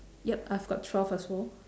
yup I've got twelve as well